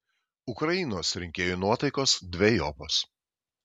ukrainos rinkėjų nuotaikos dvejopos